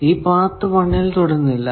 ഇത് പാത്ത് 1 ൽ തൊടുന്നില്ല